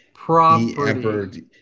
property